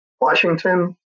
Washington